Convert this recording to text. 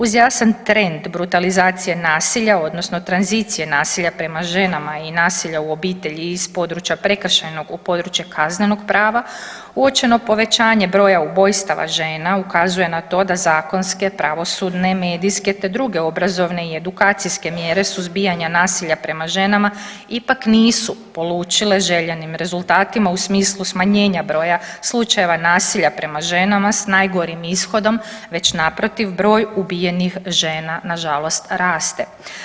Uz jasan trend brutalizacije nasilja, odnosno tranzicije nasilja prema ženama i nasilja u obitelji i iz područja prekršajnog u područje kaznenog prava uočeno povećanje broja ubojstava žena ukazuje na to da zakonske, pravosudne, medijske, te druge obrazovne i edukacijske mjere suzbijanja nasilja prema ženama ipak nisu polučile željenim rezultatima u smislu smanjenja broja slučajeva nasilja prema ženama s najgorim ishodom, već naprotiv broj ubijenih žena na žalost raste.